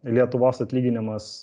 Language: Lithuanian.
lietuvos atlyginimas